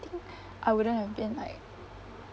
think I wouldn't have been like